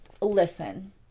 listen